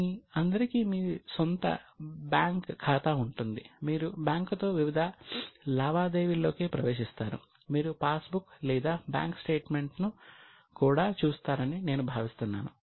మీ అందరికీ మీ స్వంత బ్యాంక్ ఖాతా ఉంటుంది మీరు బ్యాంకుతో వివిధ లావాదేవీల్లోకి ప్రవేశిస్తారు మీరు పాస్బుక్ లేదా బ్యాంక్ స్టేట్మెంట్ను కూడా చూస్తారని నేను భావిస్తున్నాను